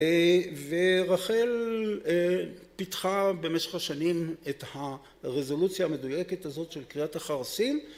ורחל פיתחה במשך השנים את הרזולוציה המדויקת הזאת של קריאת החרסים